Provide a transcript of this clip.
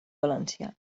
valencià